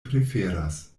preferas